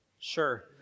Sure